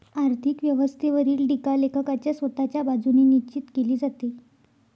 आर्थिक व्यवस्थेवरील टीका लेखकाच्या स्वतःच्या बाजूने निश्चित केली जाते